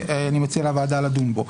ואני מציע לוועדה לדון בו.